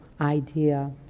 idea